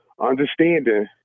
Understanding